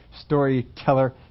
storyteller